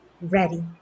ready